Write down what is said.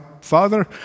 father